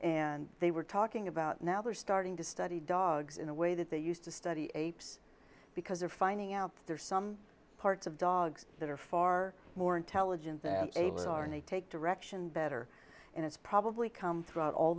and they were talking about now they are starting to study dogs in a way that they used to study apes because they're finding out that there are some parts of dogs that are far more intelligent than apes are and they take direction better and it's probably come through all